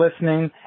listening